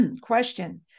question